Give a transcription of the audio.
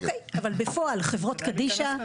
זאת מכפלה ומישהו מעליו,